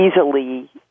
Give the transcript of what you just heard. easily